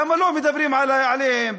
למה לא מדברים עליהם?